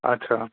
अच्छा